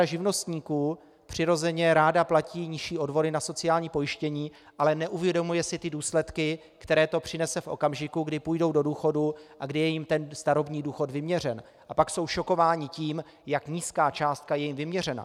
Řada živnostníků přirozeně ráda platí nižší odvody na sociální pojištění, ale neuvědomuje si důsledky, které to přinese v okamžiku, kdy půjdou do důchodu a kdy je jim ten starobní důchod vyměřen, a pak jsou šokováni tím, jak nízká částka je jim vyměřena.